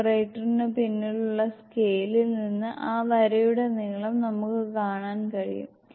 ഓപ്പറേറ്ററിന് പിന്നിലുള്ള സ്കെയിലിൽ നിന്ന് ആ വരയുടെ നീളം നമുക്ക് കാണാൻ കഴിയും